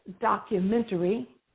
Documentary